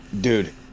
Dude